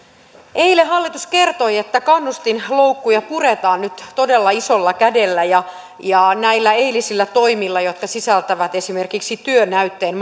eilen hallitus kertoi että kannustinloukkuja puretaan nyt todella isolla kädellä ja ja näillä eilisillä toimilla jotka sisältävät esimerkiksi työnäytteen